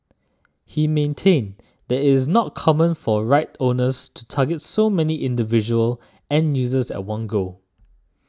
he maintained that it is not common for rights owners to target so many individual end users at one go